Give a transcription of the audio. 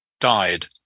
died